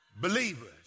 Believers